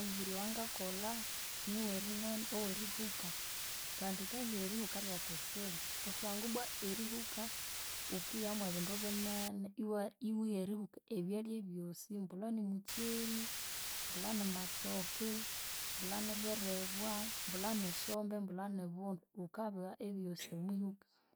Omubiri owangakolha niw'erinani, ow'erihuka kandi nganzire erihuka lyakutsibu kusangwa ibbwa erihuka wukigha mwabindu binene, iwa- iwigha erihuka ebyalya ebyosi, mbulha nimukyeri, mbulha nimatoke, mbulha nibiribwa, mbulha ni sombe, mbulha nibundu wukabigha ebyosi ebyo,